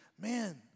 Man